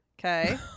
okay